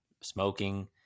smoking